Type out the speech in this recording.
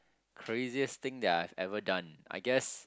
craziest thing that I've ever done I guess